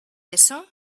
eso